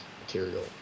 material